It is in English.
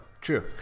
True